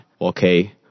okay